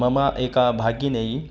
मम एका भगिनी